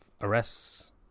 Arrests